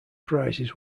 prizes